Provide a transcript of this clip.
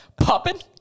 Popping